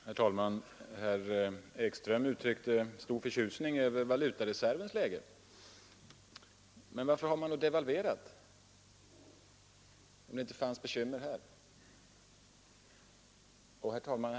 Herr talman! Herr Ekström uttryckte stor förtjusning över valutareservens läge. Men varför har man då devalverat, om det inte fanns några bekymmer här? Herr talman!